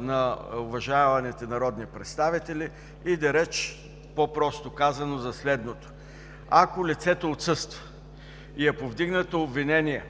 на уважаваните народни представители, иде реч, по-просто казано, за следното: ако лицето отсъства и е повдигнато обвинение